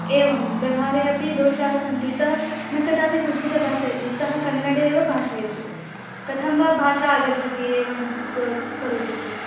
एवं व्यवहारे अपि दोषाः सन्ति सः न कदापि संस्कृते भाषयति सः कन्नडेव भाषयति कथं वा भाषा आगच्छति एवं कु करोति चेत्